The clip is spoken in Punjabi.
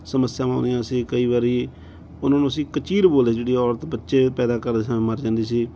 ਸਮੱਸਿਆਵਾਂ ਆਉਂਦੀਆਂ ਸੀ ਕਈ ਵਾਰ ਉਹਨਾਂ ਨੂੰ ਅਸੀਂ ਕਚੀਰ ਬੋਲਦੇ ਸੀ ਜਿਹੜੇ ਔਰਤ ਬੱਚੇ ਪੈਦਾ ਕਰਦੇ ਸਨ ਮਰ ਜਾਂਦੇ ਸੀ